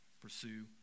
pursue